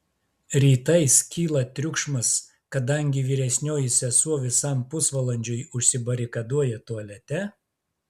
rytais kyla triukšmas kadangi vyresnioji sesuo visam pusvalandžiui užsibarikaduoja tualete